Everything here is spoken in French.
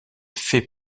fait